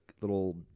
little